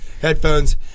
headphones